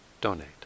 donate